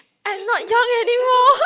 I'm not young anymore